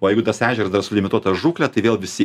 o jeigu tas ežeras dar su limituota žūkle tai vėl visi